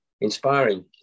inspiring